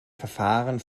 verfahren